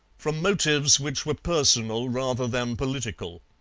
from motives which were personal rather than political.